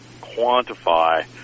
quantify